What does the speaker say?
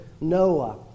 Noah